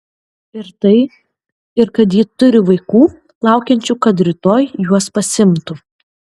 ir tai ir kad ji turi vaikų laukiančių kad rytoj juos pasiimtų